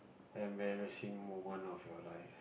embarrassing moment of your life